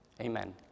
Amen